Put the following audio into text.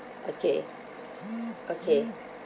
okay okay